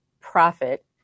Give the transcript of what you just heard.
profit